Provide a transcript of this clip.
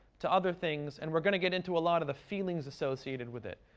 to other things, and we're going to get into a lot of the feelings associated with it.